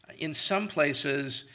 in some places,